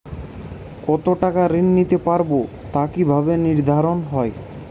কতো টাকা ঋণ নিতে পারবো তা কি ভাবে নির্ধারণ হয়?